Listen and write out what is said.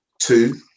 two